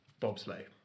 bobsleigh